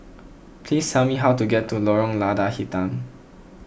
please tell me how to get to Lorong Lada Hitam